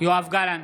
יואב גלנט,